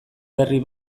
berri